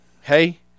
hey